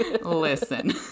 Listen